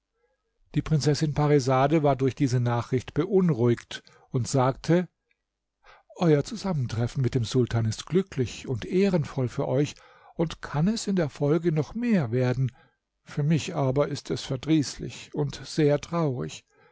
die prinzessin parisade war durch diese nachricht beunruhigt und sagte euer zusammentreffen mit dem sultan ist glücklich und ehrenvoll für euch und kann es in der folge noch mehr werden für mich aber ist es verdrießlich und sehr traurig